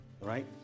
right